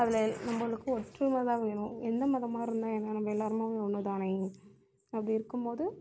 அதில் நம்பளுக்கு ஒற்றுமை தான் வேணும் எந்த மதமாக இருந்தால் என்ன நம்ப எல்லாரும் அம்மாவும் ஒன்று தானே அப்படி இருக்கும்மோது